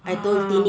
(uh huh)